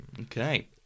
Okay